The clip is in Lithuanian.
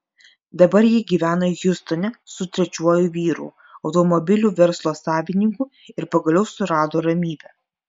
dabar ji gyvena hjustone su trečiuoju vyru automobilių verslo savininku ir pagaliau surado ramybę